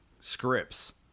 scripts